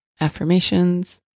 affirmations